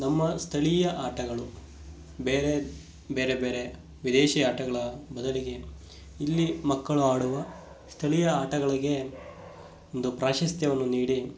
ನಮ್ಮ ಸ್ಥಳೀಯ ಆಟಗಳು ಬೇರೆ ಬೇರೆ ಬೇರೆ ವಿದೇಶಿ ಆಟಗಳ ಬದಲಿಗೆ ಇಲ್ಲಿ ಮಕ್ಕಳು ಆಡುವ ಸ್ಥಳೀಯ ಆಟಗಳಿಗೆ ಒಂದು ಪ್ರಾಶಸ್ತ್ಯವನ್ನು ನೀಡಿ